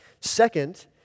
Second